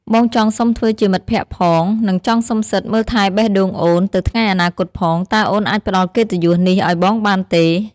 បងចង់សុំធ្វើជាមិត្តភក្តិផង និងចង់សុំសិទ្ធិមើលថែបេះដូងអូនទៅថ្ងៃអនាគតផង តើអូនអាចផ្តល់កិត្តិយសនេះឱ្យបងបានទេ?